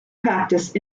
practice